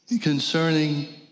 concerning